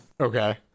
Okay